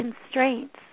constraints